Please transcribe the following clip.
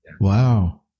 Wow